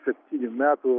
septynių metų